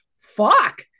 Fuck